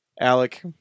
Alec